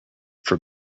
for